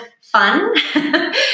fun